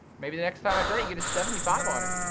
maybe the next time after that you get a seventy five on it,